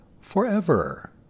forever